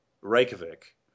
Reykjavik